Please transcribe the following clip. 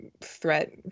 threat